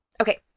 Okay